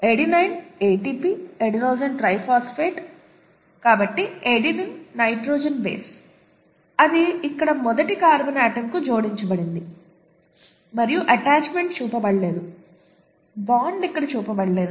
adenine ATP అడెన్ adenosine triphosphate కాబట్టి adenine nitrogen base అది ఇక్కడ మొదటి కార్బన్ ఆటమ్ కు జోడించబడింది మరియు అటాచ్మెంట్ చూపబడలేదు బాండ్ ఇక్కడ చూపబడలేదు